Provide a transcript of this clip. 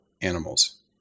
animals